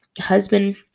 husband